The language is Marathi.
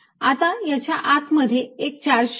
आता याच्या आत मध्ये एक चार्ज ठेवा